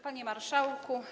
Panie Marszałku!